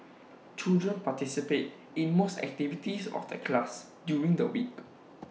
children participate in most activities of the class during the week